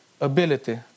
ability